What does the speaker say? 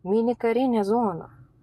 mini karinę zoną